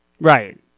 Right